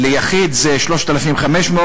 ליחיד זה 3,500,